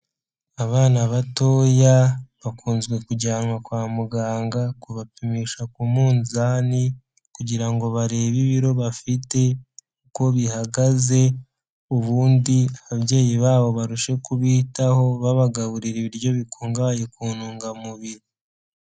Abana batoya bakunze kujyanwa kwa muganga kubapimisha ku munzani kugira ngo barebe ibiro bafite uko bihagaze, ubundi ababyeyi babo barushe kubitaho babagaburira ibiryo bikungahaye ku ntungamubiri.